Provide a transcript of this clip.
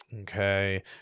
Okay